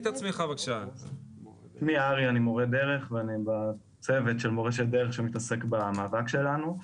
אני מורה דרך ואני בצוות של "מורשת דרך" שמתעסק במאבק שלנו.